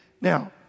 Now